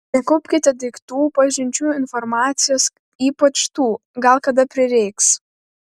nekaupkite daiktų pažinčių informacijos ypač tų gal kada prireiks